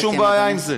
אין שום בעיה עם זה.